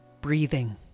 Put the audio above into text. Breathing